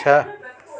छह